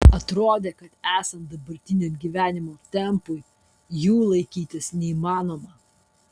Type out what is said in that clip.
atrodė kad esant dabartiniam gyvenimo tempui jų laikytis neįmanoma